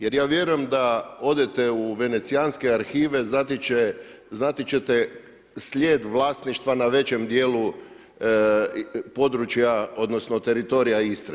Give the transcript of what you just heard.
Jer ja vjerujem da odete u venecijske arhive, znati ćete slijed vlasništva na većem dijelu područja, odnosno teritorija Istre.